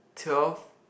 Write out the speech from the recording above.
twelve